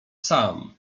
sam